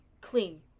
clean